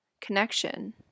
connection